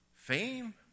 Fame